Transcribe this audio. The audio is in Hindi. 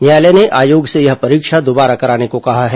न्यायालय ने आयोग से यह परीक्षा दोबारा कराने को कहा है